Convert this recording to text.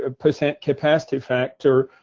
ah percent capacity factor,